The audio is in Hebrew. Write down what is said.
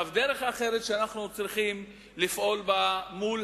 דרך אחרת שאנחנו צריכים לפעול בה מול